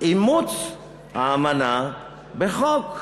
אימוץ האמנה בחוק.